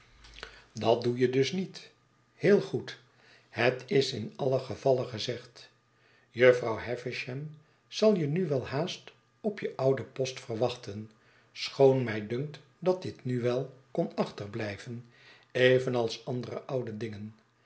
dat doe je dus niet heel goed het is in alien gevalle gezegd jufvrouw havisham zal je nu welhaast op je ouden post verwachten schoon mij dunkt dat dit nu wel kon achterblijven evenals andere oude dingen